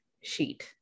sheet